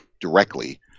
directly